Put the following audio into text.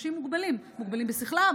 אנשים מוגבלים בשכלם,